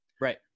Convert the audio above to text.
Right